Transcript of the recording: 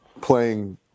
playing